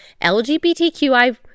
LGBTQI